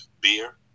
beer